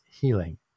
healing